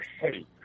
hey